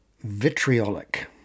vitriolic